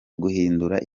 guhindura